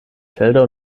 felder